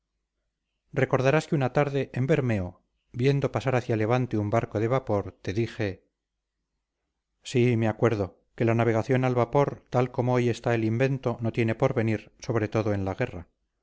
recordarás que una tarde en bermeo viendo pasar hacia levante un barco de vapor te dije sí me acuerdo que la navegación al vapor tal como hoy está el invento no tiene porvenir sobre todo en la guerra